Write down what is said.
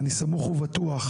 ואני סמוך ובטוח